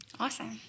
Awesome